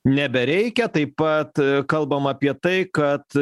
nebereikia taip pat kalbama apie tai kad